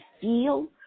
feel